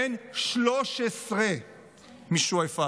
בן 13 משועפאט.